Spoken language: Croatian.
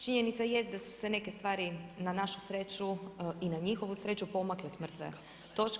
Činjenica jest da su se neke stvari na našu sreću i na njihovu sreću pomakle sa mrtve točke.